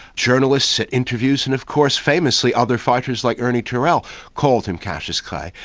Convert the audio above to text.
journalists at interviews, and of course famously other fighters like ernie terrell called him cassius clay.